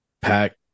pack